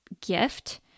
gift